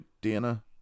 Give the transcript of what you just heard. Dana